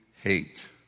hate